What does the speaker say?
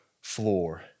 floor